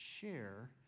share